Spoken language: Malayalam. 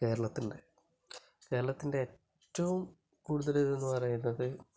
കേരളത്തിൻ്റെ കേരളത്തിൻ്റെ ഏറ്റവും കൂടുതൽ ഇത് എന്ന് പറയുന്നത്